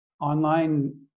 online